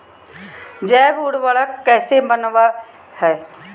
जैव उर्वरक कैसे वनवय हैय?